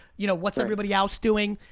you know, what's everybody else doing?